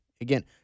Again